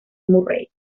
murray